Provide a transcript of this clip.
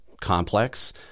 complex